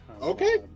Okay